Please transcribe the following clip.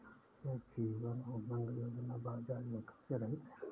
क्या जीवन उमंग योजना बाजार जोखिम से रहित है?